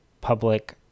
public